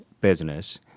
business